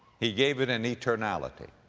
he gave it an eternality.